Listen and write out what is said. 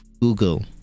google